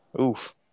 Oof